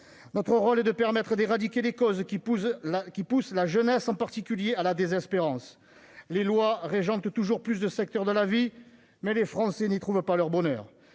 notre rôle est de permettre d'éradiquer les causes qui poussent la jeunesse, en particulier, à la désespérance. Les lois régentent toujours plus de secteurs de la vie, mais les Français n'y trouvent pas leur bonheur.